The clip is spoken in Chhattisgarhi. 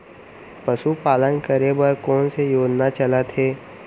पशुपालन करे बर कोन से योजना चलत हे?